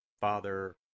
Father